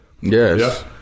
Yes